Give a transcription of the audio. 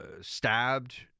stabbed